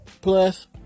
plus